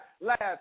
last